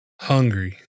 Hungry